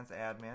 admin